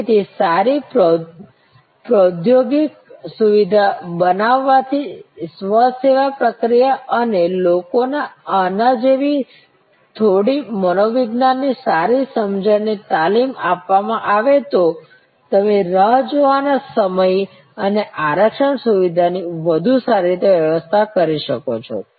તેથી સારી પ્રૌદ્યોગિક સુવિધા બનાવવાથી સ્વ સેવા પ્રક્રિયા અને લોકોને આના જેવી થોડી મનોવિજ્ઞાનની સારી સમજણની તાલીમ આપવામાં આવે તો તમે રાહ જોવાના સમય અને આરક્ષણ સુવિધા ની વધુ સારી રીતે વ્યવસ્થા કરી શકો છો